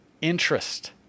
Interest